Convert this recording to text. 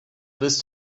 willst